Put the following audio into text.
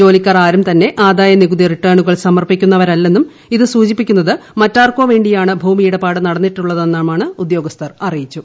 ജോലിക്കാർ ആരും തന്നെ ആദായ നികുതി റിട്ടേണുകൾ സമർപ്പിക്കുന്നവരല്ലെന്നും ഇത് സൂചിപ്പിക്കുന്നത് മറ്റാർക്കോ വേണ്ടിയാണ് ഭൂമി ഇട്പാട് നടന്നിട്ടുള്ളതെന്ന് ഉദ്യോഗസ്ഥർ അറിയിച്ചു